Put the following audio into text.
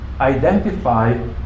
identify